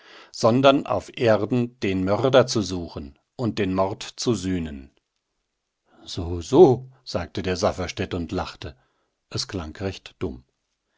sondern auf erden den mörder zu suchen und den mord zu sühnen so so sagte der safferstätt und lachte es klang recht dumm